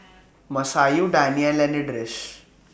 Masayu Daniel and Idris